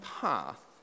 path